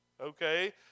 Okay